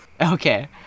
Okay